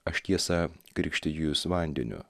aš tiesa krikštiju jus vandeniu